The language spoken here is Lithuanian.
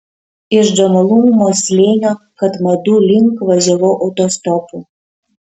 iš džomolungmos slėnio katmandu link važiavau autostopu